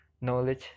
knowledge